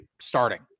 starting